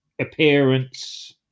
appearance